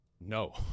No